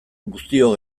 guztiok